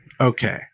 okay